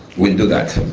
we'll do that.